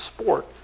sport